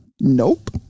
Nope